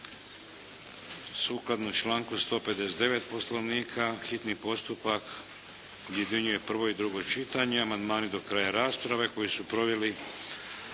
Sukladno članku 159. poslovnika hitni postupak objedinjuje prvo i drugo čitanje. Amandmani do kraja rasprave koju su proveli